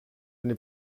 n’est